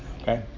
Okay